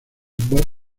bob